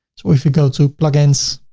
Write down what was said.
so if we go to plugins,